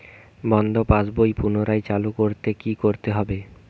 বন্ধ পাশ বই পুনরায় চালু করতে কি করতে হবে?